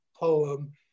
poem